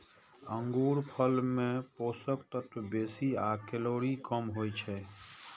अंगूरफल मे पोषक तत्व बेसी आ कैलोरी कम होइ छै